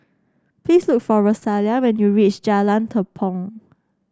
please look for Rosalia when you reach Jalan Tepong